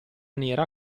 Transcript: nera